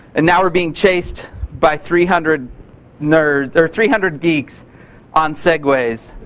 and now we're being chased by three hundred nerds. or, three hundred geeks on segways.